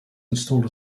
installed